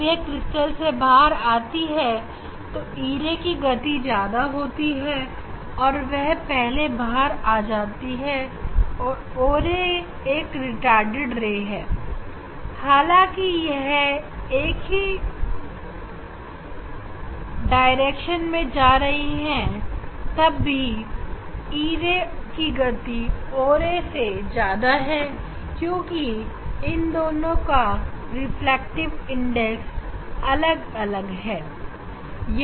जब यह क्रिस्टल के बाहर आती है तो e ray की गति ज्यादा होती है और वह पहले बाहर आती है और o ray एक रिटारडेड रे है हालांकि यह एक ही दिशा में जा रही है तब भी e ray की गति o ray से ज्यादा है क्योंकि इन दोनों का रिफ्रैक्टिव इंडेक्स अलग अलग है